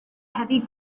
heavy